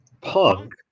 Punk